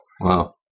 Wow